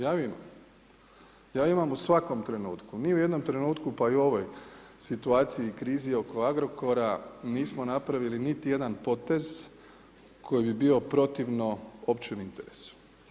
Ja imam u svakom trenutku, ni u jednom trenutku pa i u ovoj situaciji i krizi oko Agrokora nismo napravili niti jedan potez koji bi bio protivno općem interesu.